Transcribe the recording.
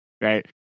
Right